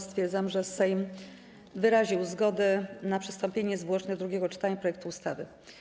Stwierdzam, że Sejm wyraził zgodę na przystąpienie niezwłoczne do drugiego czytania projektu ustawy.